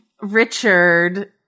Richard